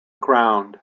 ground